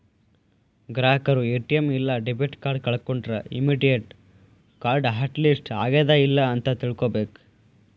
ಗ್ರಾಹಕರು ಎ.ಟಿ.ಎಂ ಇಲ್ಲಾ debit card ಕಳ್ಕೊಂಡ್ರ ಇಮ್ಮಿಡಿಯೇಟ್ ಕಾರ್ಡ್ ಹಾಟ್ ಲಿಸ್ಟ್ ಆಗ್ಯಾದ ಇಲ್ಲ ಅಂತ ತಿಳ್ಕೊಬೇಕ್